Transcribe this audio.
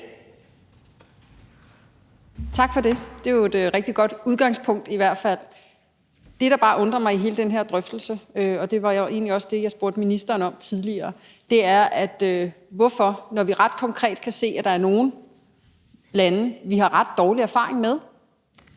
Tak for det. Det er jo i hvert fald et rigtig godt udgangspunkt. Det, der bare undrer mig i hele den her drøftelse, og det var egentlig også det, jeg spurgte ministeren om tidligere, er, hvorfor man ikke, når vi er ret konkret kan se, at der er nogle lande, vi har ret dårlige erfaringer med,